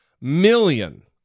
million